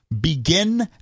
begin